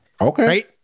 Okay